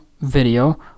video